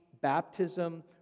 baptism